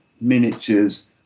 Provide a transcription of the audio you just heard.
miniatures